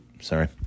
Sorry